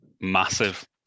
massive